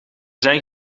zijn